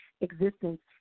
existence